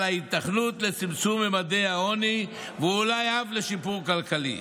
ההיתכנות לצמצום ממדי העוני ואולי אף לשיפור כלכלי.